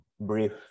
brief